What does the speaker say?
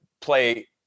play